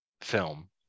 film